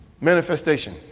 Manifestation